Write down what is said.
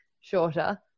shorter